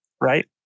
Right